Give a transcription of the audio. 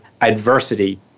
adversity